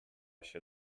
się